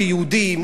כיהודים,